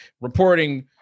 reporting